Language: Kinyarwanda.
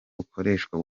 bukoreshwa